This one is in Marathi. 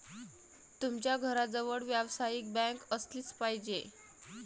तुमच्या घराजवळ व्यावसायिक बँक असलीच पाहिजे